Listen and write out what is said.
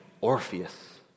Orpheus